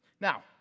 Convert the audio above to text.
Now